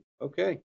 Okay